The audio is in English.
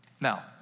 Now